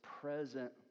present